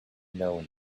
known